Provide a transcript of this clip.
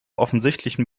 offensichtlichen